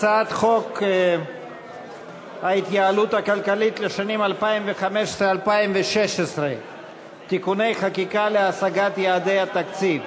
הצעת חוק ההתייעלות הכלכלית (תיקוני חקיקה להשגת יעדי התקציב